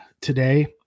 today